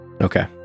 Okay